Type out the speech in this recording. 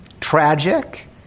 Tragic